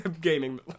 Gaming